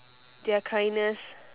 their kindness